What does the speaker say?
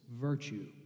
virtue